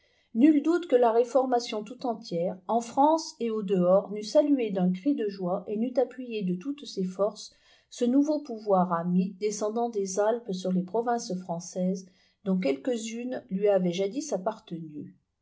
nul doute que la réformation toute entière en france et au dehors n'eût salué d'un cri de joie et n'eût appuyé de toutes ses forces ce nouveau pouvoir ami descendant des alpes sur les provinces françaises dont quelquesunes lui avaient jadis appartenu